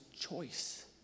choice